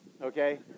okay